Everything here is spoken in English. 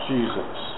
Jesus